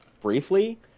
briefly